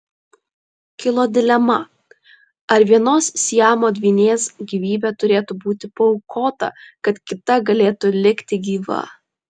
kilo dilema ar vienos siamo dvynės gyvybė turėtų būti paaukota kad kita galėtų likti gyva